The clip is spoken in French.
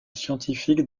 scientifique